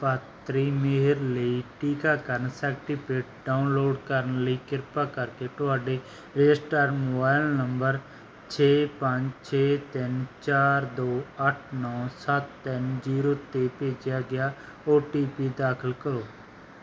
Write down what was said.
ਪਾਤਰੀ ਮੇਹਰ ਲਈ ਟੀਕਾਕਰਨ ਸਰਟੀਫਿਕੇਟ ਡਾਊਨਲੋਡ ਕਰਨ ਲਈ ਕਿਰਪਾ ਕਰਕੇ ਤੁਹਾਡੇ ਰਜਿਸਟਰਡ ਮੋਬਾਈਲ ਨੰਬਰ ਛੇ ਪੰਜ ਛੇ ਤਿੰਨ ਚਾਰ ਦੋ ਅੱਠ ਨੌਂ ਸੱਤ ਤਿੰਨ ਜ਼ੀਰੋ 'ਤੇ ਭੇਜਿਆ ਗਿਆ ਓ ਟੀ ਪੀ ਦਾਖਲ ਕਰੋ